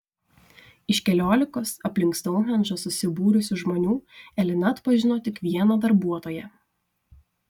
iš keliolikos aplink stounhendžą susibūrusių žmonių elena atpažino tik vieną darbuotoją